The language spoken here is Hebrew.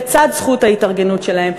לצד זכות ההתארגנות שלהם,